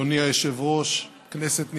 אדוני היושב-ראש, כנסת נכבדה,